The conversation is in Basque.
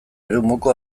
eremuko